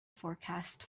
forecast